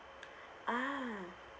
ah